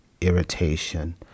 irritation